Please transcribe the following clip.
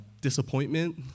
Disappointment